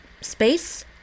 space